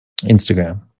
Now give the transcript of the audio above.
Instagram